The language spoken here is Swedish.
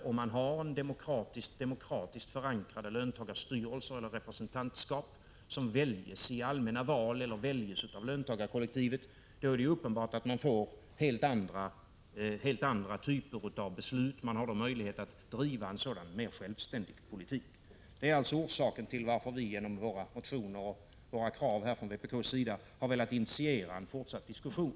Om man har demokratiskt förankrade löntagarstyrelser eller representantskap som väljs i allmänna val eller av löntagarkollektivet är det uppenbart att man får helt andra typer av beslut. Man har då möjlighet att driva en mer självständig politik. Det är alltså orsaken till att vi från vpk genom våra motioner och våra krav har velat initiera en fortsatt diskussion.